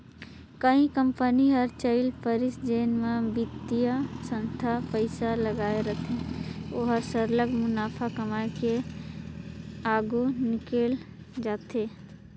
कहीं कंपनी हर चइल परिस जेन म बित्तीय संस्था पइसा लगाए रहथे ओहर सरलग मुनाफा कमाए के आघु निकेल जाथे